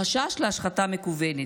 מחשש להשחתה מכוונת.